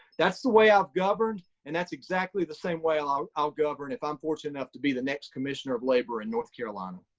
that's the way i've governed, and that's exactly the same way i'll i'll govern if i'm fortunate enough to be the next commissioner of labor in north carolina.